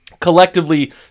collectively